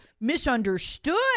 misunderstood